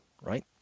right